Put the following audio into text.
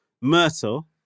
Myrtle